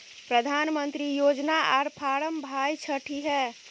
प्रधानमंत्री योजना आर फारम भाई छठी है?